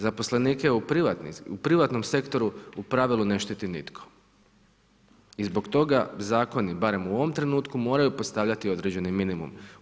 Zaposlenike u privatnom sektoru u pravilu ne štiti nitko i zbog toga zakoni, barem u ovom trenutku moraju postavljati određeni minimum.